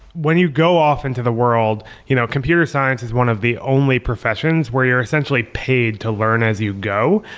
when you go off into the world, you know computer science is one of the only professions where you're essentially paid to learn as you go.